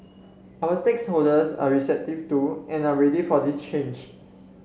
our are receptive to and are ready for this change